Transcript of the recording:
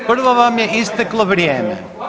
Prvo vam je isteklo vrijeme.